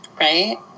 Right